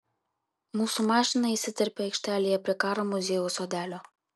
mūsų mašina įsiterpia aikštelėje prie karo muziejaus sodelio